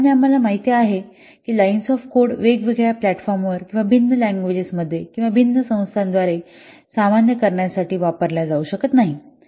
आणि आम्हाला माहित आहे की लाईन्स ऑफ कोड वेगवेगळ्या प्लॅटफॉर्मवर किंवा भिन्न लँग्वेजेस मध्ये किंवा भिन्न संस्थांद्वारे सामान्य करण्यासाठी वापरल्या जाऊ शकत नाहीत